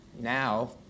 now